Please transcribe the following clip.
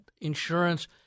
insurance